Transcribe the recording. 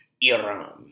Iran